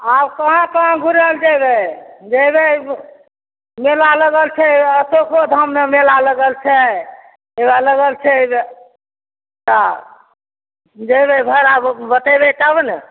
आब कहाँ कहाँ घुरल जेबै जेबै मेला लगल छै अशोको धाममे मेला लगल छै मेला लगल छै तऽ जेबै भाड़ा बतैबै तब ने